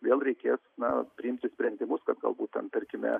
vėl reikės na priimti sprendimus kad galbūt ten tarkime